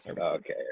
Okay